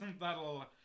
that'll